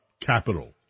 capital